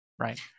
right